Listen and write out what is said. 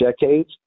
decades